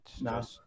No